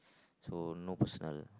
so no personal